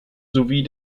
sowie